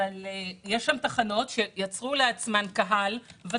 אבל יש שם תחנות שיצרו לעצמן קהל ומוניטין.